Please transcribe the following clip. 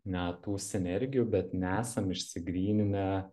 ne tų sinergijų bet nesam išsigryninę